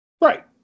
right